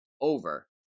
over